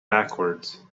backwards